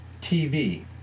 TV